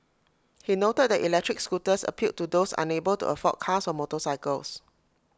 he noted that electric scooters appealed to those unable to afford cars or motorcycles